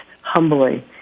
humbly